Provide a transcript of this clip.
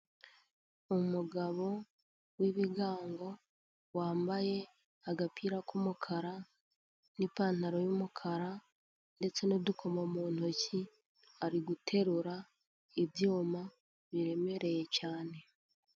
Umugabo w'ibigango wambaye agapira k'umukara n'ipantaro y'umukara ndetse n'udukoma mu ntoki, ari guterura ibyuma biremereye cyane.